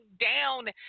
down